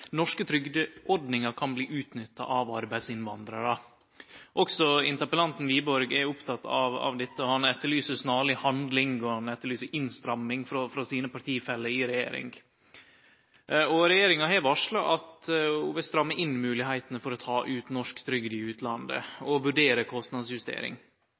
norske trygdeordningar kan bli utnytta av arbeidsinnvandrarar. Også interpellanten Wiborg er oppteken av dette. Han etterlyser snarleg handling, og han etterlyser innstramming frå partifellane sine i regjering, og regjeringa har varsla at ho vil stramme inn moglegheitene for å ta ut norsk trygd i utlandet,